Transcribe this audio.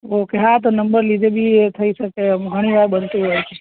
okay હા તો number લીધે બી થઈ શકે ઘણી વાર બનતું હોય છે